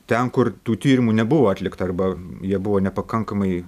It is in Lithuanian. ten kur tų tyrimu nebuvo atlikta arba jie buvo nepakankamai